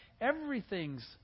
Everything's